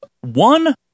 one